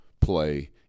play